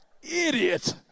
idiot